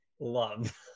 love